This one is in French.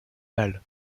bals